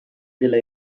della